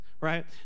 right